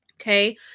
Okay